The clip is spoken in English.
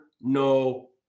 no